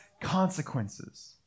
consequences